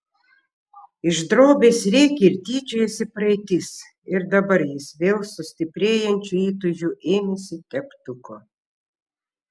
iš drobės rėkė ir tyčiojosi praeitis ir dabar jis vėl su stiprėjančiu įtūžiu ėmėsi teptuko